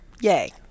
Yay